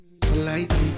politely